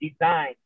design